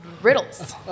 riddles